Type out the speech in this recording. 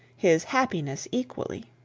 his happiness equally.